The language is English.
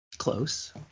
close